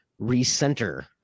recenter